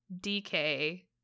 DK